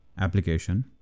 application